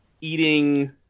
eating